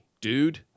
dude